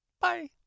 Bye